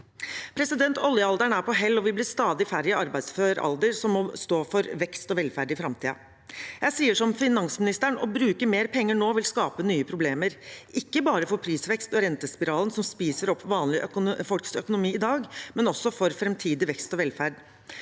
får mindre. Oljealderen er på hell, og vi blir stadig færre i arbeidsfør alder som må stå for vekst og velferd i framtiden. Jeg sier som finansministeren: Å bruke mer penger nå vil skape nye problemer, ikke bare for prisvekst og rentespiralen som spiser opp vanlige folks økonomi i dag, men også for framtidig vekst og velferd.